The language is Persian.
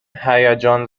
هیجان